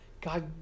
God